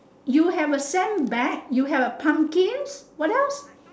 you have a sandbag you have a pumpkin what else